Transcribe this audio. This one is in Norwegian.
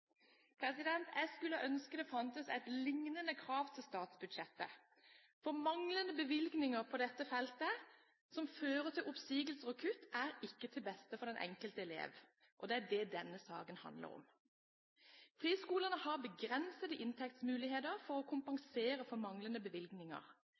Jeg skulle ønske det fantes et lignende krav til statsbudsjettet, for manglende bevilgninger på dette feltet, som fører til oppsigelser og kutt, er ikke til beste for den enkelte elev. Det er det denne saken handler om. Friskolene har begrensede inntektsmuligheter til å